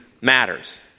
matters